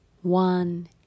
one